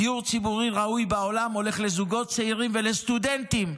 דיור ציבורי ראוי בעולם הולך לזוגות צעירים ולסטודנטים.